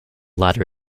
latter